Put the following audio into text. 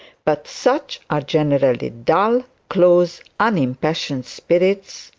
but such are generally dull, close, unimpassioned spirits,